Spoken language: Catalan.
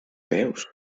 peus